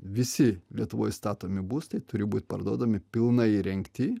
visi lietuvoj statomi būstai turi būt parduodami pilnai įrengti